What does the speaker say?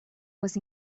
was